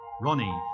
Ronnie